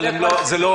אבל זה לא